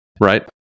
right